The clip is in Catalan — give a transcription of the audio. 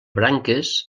branques